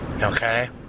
Okay